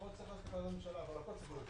עכשיו צריך החלטת ממשלה אבל צריך לתת.